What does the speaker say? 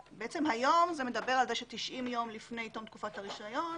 היום זה מדבר על כך ש-90 ימים לפני תקופת הרישיון,